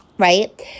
right